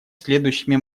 следующими